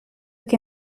que